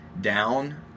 down